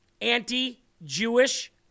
anti-Jewish